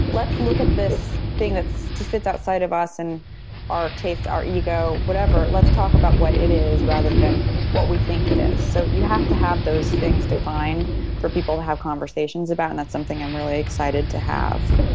let's look at this thing that sits outside of us, and our taste, our ego, whatever, let's talk about what it is rather than what we think it is. so you have to have those things defined for people to have conversations about. and that's something i'm really excited to have.